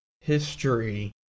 history